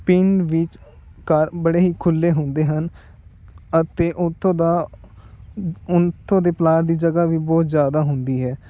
ਪਿੰਡ ਵਿੱਚ ਘਰ ਬੜੇ ਹੀ ਖੁੱਲੇ ਹੁੰਦੇ ਹਨ ਅਤੇ ਉਥੋਂ ਦਾ ਉਥੋਂ ਦੇ ਪਲਾਟ ਦੀ ਜਗ੍ਹਾ ਵੀ ਬਹੁਤ ਜ਼ਿਆਦਾ ਹੁੰਦੀ ਹੈ